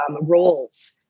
roles